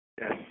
Yes